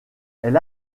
elle